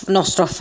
nostro